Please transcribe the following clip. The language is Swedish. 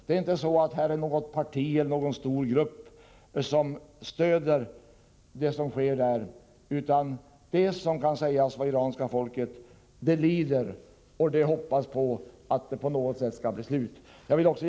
Det är inte ett parti eller någon stor grupp som stöder det som sker där, utan det är så att det iranska folket lider och hoppas att det skall bli ett slut på de nuvarande förhållandena.